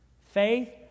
Faith